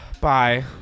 bye